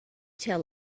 tell